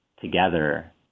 together